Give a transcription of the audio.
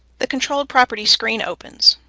the controlled property screen opens.